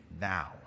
now